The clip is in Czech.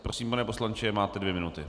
Prosím, pane poslanče, máte dvě minuty.